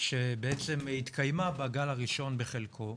שבעצם התקיימה בגל הראשון בחלקו,